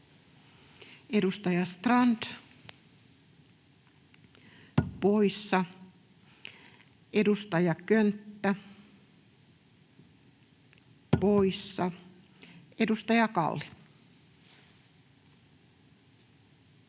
Edustaja Strand — poissa. Edustaja Könttä — poissa. Edustaja Kalli.